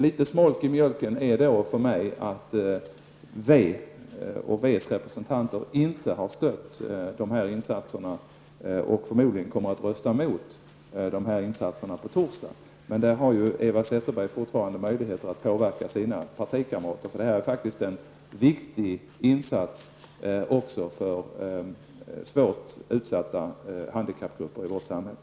Litet smolk i mjölken är då för mig att vänsterpartiet och dess representanter inte har stött dessa insatser och förmodligen kommer att rösta emot detta på torsdag. Eva Zetterberg har dock fortfarande möjlighet att påverka sina partikamrater. Detta är faktiskt en viktig insats även för svårt utsatta handikappgrupper i vårt samhälle.